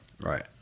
right